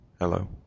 Hello